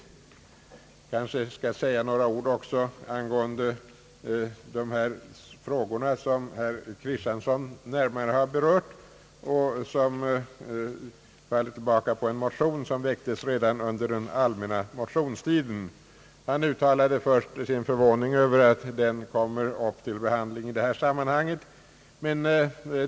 Jag kanske också bör säga några ord om de frågor, som herr Kristiansson närmare har berört och som avser yrkanden i en motion, som väcktes redan under den allmänna motionstiden. Herr Kristiansson uttalade sin förvåning över att motionen behandlas i detta sammanhang.